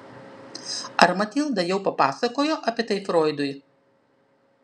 ar matilda jau papasakojo apie tai froidui